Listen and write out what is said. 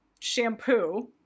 shampoo